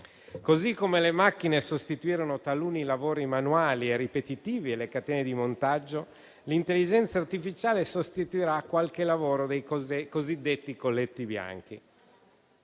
così come le macchine sostituirono taluni lavori manuali e ripetitivi e le catene di montaggio, l'intelligenza artificiale sostituirà qualche lavoro dei cosiddetti colletti bianchi.